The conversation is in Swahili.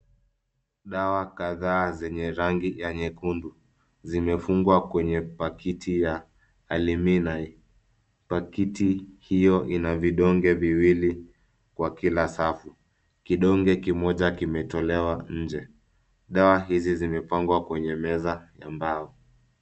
Dawa kadhaa zenye rangi ya nyekundu zimefungwa kwenye pakiti ya aluminium . Pakiti hiyo ina vidonge viwili kwa kila safu. Kidonge kimoja kimetolewa nje. Dawa hizi zimepangwa kwenye meza ya mbao.